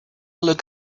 look